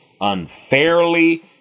unfairly